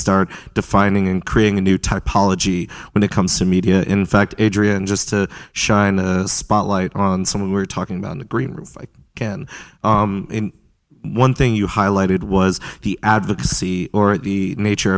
start defining and creating a new type policy when it comes to media in fact adrian just to shine a spotlight on someone we're talking about in the green room again one thing you highlighted was the advocacy or the nature